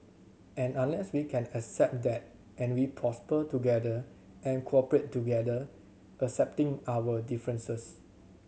and unless we can accept that and we prosper together and cooperate together accepting our differences